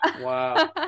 Wow